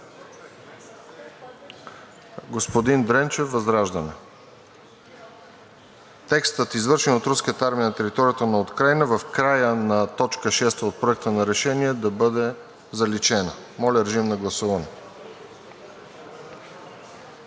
Господин Дренчев, ВЪЗРАЖДАНЕ – текстът „извършени от Руската армия на територията на Украйна“ в края на т. 6 от Проекта на решение да бъде заличен. Моля, режим на гласуване.